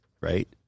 right